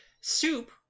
soup